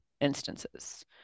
instances